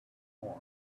more